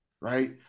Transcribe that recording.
right